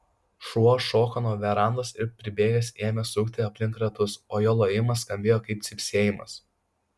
šuo šoko nuo verandos ir pribėgęs ėmė sukti aplink ratus o jo lojimas skambėjo kaip cypsėjimas